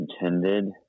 intended